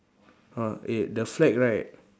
uh eh the flag right